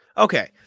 Okay